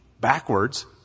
backwards